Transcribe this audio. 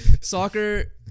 Soccer